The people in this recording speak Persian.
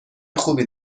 خوبی